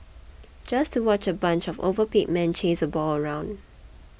just to watch a bunch of overpaid men chase a ball around